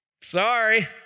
Sorry